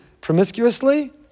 promiscuously